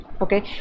okay